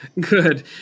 Good